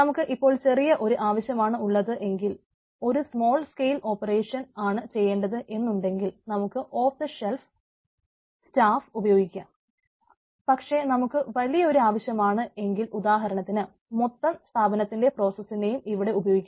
നമുക്ക് ഇപ്പൊൾ ചെറിയ ഒരു ആവശ്യമാണ് ഉള്ളതെങ്കിൽ ഒരു സമാൾ സ്കെയിൽ ഓപ്പറേഷൻ ഇവിടെ ഉപയോഗിക്കണം